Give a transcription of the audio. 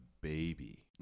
baby